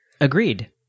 agreed